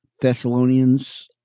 Thessalonians